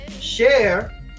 share